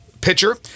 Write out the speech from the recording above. pitcher